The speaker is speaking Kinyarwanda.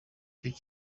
cyayo